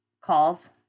calls